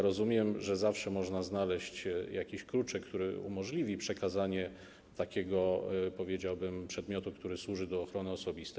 Rozumiem, że zawsze można znaleźć jakiś kluczyk, który umożliwi przekazanie takiego, powiedziałbym, przedmiotu, który służy do ochrony osobistej.